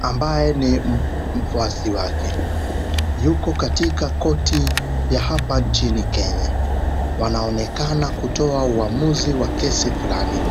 ambaye ni mfwasi wake. Yuko katika korti ya hapa nchini Kenya. Wanaonekana kutoa uamuzi wa kesi fulani.